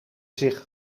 zich